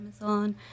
Amazon